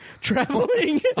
traveling